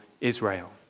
Israel